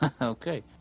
okay